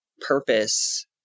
purpose